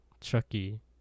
chucky